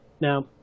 now